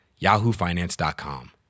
YahooFinance.com